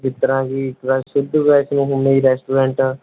ਜਿਸ ਤਰ੍ਹਾਂ ਕੀ ਸ਼ੁੱਧ ਵੈਸ਼ਨੂੰ ਹੁੰਦਾ ਜੀ ਰੈਸਟਰੋਰੈਂਟ